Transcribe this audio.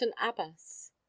abbas